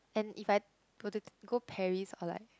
and if I were to go Paris or like